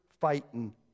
fighting